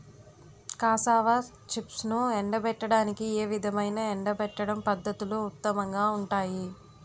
Cassava చిప్స్ను ఎండబెట్టడానికి ఏ విధమైన ఎండబెట్టడం పద్ధతులు ఉత్తమంగా ఉంటాయి?